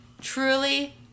truly